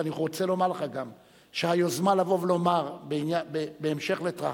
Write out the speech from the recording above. ואני גם רוצה לומר לך שהיוזמה לבוא ולומר בהמשך לטרכטנברג,